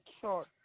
short